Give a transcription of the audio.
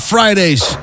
Fridays